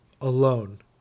alone